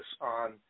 on